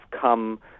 come